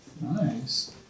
Nice